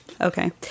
Okay